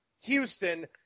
Houston